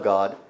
God